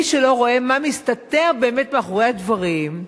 מי שלא רואה מה מסתתר באמת מאחורי הדברים,